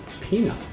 peanut